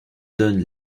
donne